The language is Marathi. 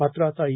मात्र आता ई